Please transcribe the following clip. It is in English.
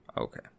Okay